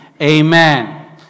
amen